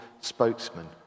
spokesman